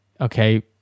okay